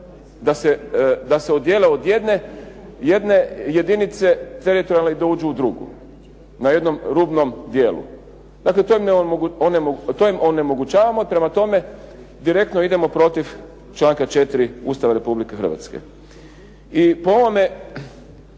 da se odjele od jedne jedinice teritorijalne i da uđu u drugu. Na jednom drugom dijelu. Dakle to im onemogućavamo. Prema tome, direktno idemo protiv članka 4. Ustava Republike Hrvatske. I po ovome,